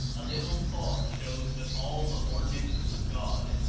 a little thought shows that all the ordinances of god,